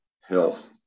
health